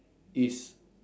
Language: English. it's